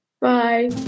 Bye